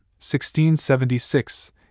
1676